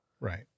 Right